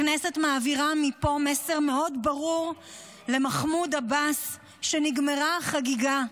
הכנסת מעבירה מפה מסר מאוד ברור למחמוד עבאס שנגמרה החגיגה,